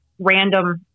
random